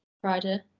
Friday